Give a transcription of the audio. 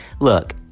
Look